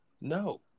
No